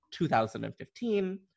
2015